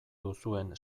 duzuen